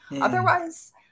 Otherwise